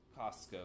Costco